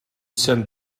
сайн